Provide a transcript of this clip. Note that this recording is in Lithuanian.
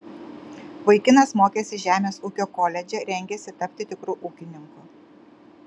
vaikinas mokėsi žemės ūkio koledže rengėsi tapti tikru ūkininku